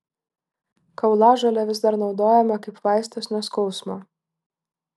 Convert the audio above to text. kaulažolė vis dar naudojama kaip vaistas nuo skausmo